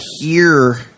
hear